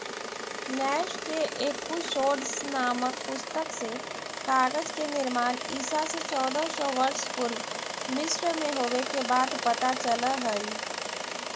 नैश के एकूसोड्स् नामक पुस्तक से कागज के निर्माण ईसा से चौदह सौ वर्ष पूर्व मिस्र में होवे के बात पता चलऽ हई